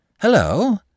Hello